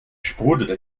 sprudelte